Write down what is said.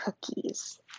cookies